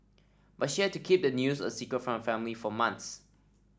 but she had to keep the news a secret from her family for months